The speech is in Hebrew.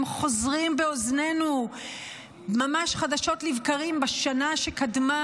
הם חוזרים באוזנינו ממש חדשות לבקרים בשנה שקדמה